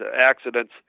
accidents